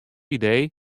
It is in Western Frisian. idee